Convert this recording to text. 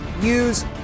use